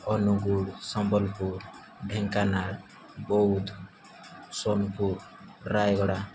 Angul Sambalpur Dhenkanal Boudh Sonepur Rayagada